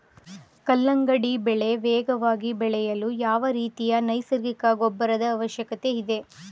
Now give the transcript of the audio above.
ಕಲ್ಲಂಗಡಿ ಬೆಳೆ ವೇಗವಾಗಿ ಬೆಳೆಯಲು ಯಾವ ರೀತಿಯ ನೈಸರ್ಗಿಕ ಗೊಬ್ಬರದ ಅವಶ್ಯಕತೆ ಇದೆ?